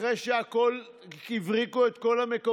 אחרי שהבריקו את כל המקומות,